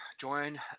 join